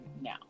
now